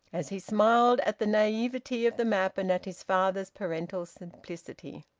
as he smiled at the naivete of the map and at his father's parental simplicity.